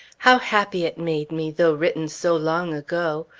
how happy it made me, though written so long ago!